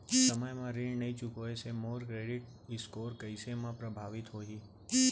समय म ऋण नई चुकोय से मोर क्रेडिट स्कोर कइसे म प्रभावित होही?